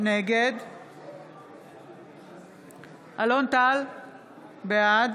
נגד אלון טל, בעד